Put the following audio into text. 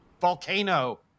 volcano